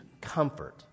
comfort